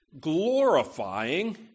glorifying